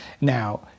Now